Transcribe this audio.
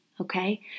okay